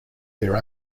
their